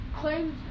Claims